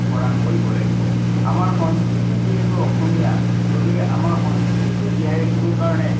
প্ৰদান কৰিব লাগিব আমাৰ সংস্কৃতি যিহেতু অসমীয়া গতিকে আমাৰ সংস্কৃতিটো জীয়াই ৰাখিবৰ কাৰণে